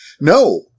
No